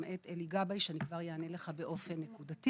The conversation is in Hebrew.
למעט עם אלי גבאי שאני כבר אענה לו באופן נקודתי.